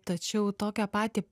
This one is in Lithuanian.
tačiau tokią patį